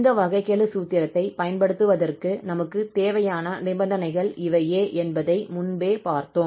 இந்த வகைக்கெழு சூத்திரத்தைப் பயன்படுத்துவதற்கு நமக்குத் தேவையான நிபந்தனை இவையே என்பதை முன்பே பார்த்தோம்